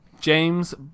James